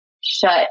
shut